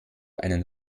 einen